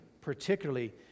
particularly